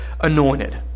anointed